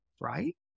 right